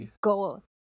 go